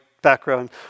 background